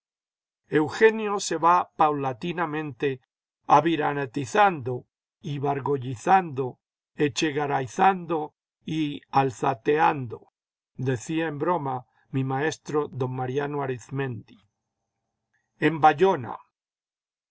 eugenio se va paulatinamente aviranetizando ibargoyizando echegarayzando y alzateando decía en broma mi maestro don mariano arizmendi en bayona